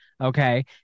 Okay